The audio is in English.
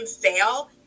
fail